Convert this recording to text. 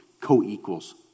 co-equals